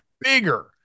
bigger